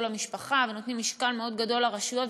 למשפחה ונותנים משקל מאוד גדול לרשויות,